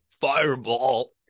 fireball